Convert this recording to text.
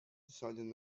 decided